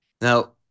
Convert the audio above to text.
Now